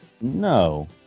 No